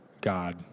God